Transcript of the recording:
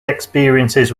experiences